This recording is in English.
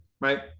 right